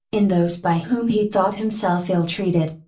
in those by whom he thought himself ill treated.